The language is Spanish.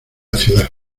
ciudad